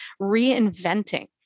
reinventing